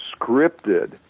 scripted